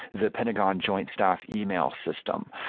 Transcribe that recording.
the pentagon joint staff email system,